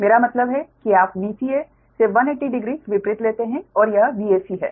मेरा मतलब है कि आप Vca से 180 डिग्री विपरीत लेते हैं और यह Vac है